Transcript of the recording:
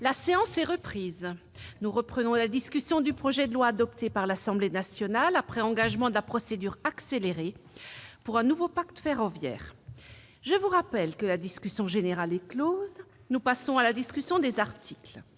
La séance est reprise. Nous poursuivons la discussion du projet de loi, adopté par l'Assemblée nationale après engagement de la procédure accélérée, pour un nouveau pacte ferroviaire. Je rappelle que la discussion générale est close. Nous passons à la discussion du texte